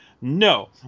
no